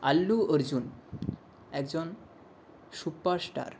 আল্লু অর্জুন একজন সুপারস্টার